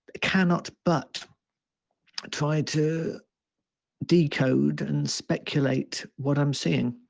cannot but try to decode and speculate what i'm seeing.